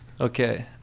Okay